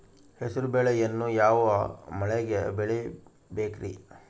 ಹೆಸರುಬೇಳೆಯನ್ನು ಯಾವ ಮಳೆಗೆ ಬೆಳಿಬೇಕ್ರಿ?